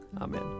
Amen